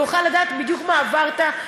והוא יוכל לדעת בדיוק מה עברת,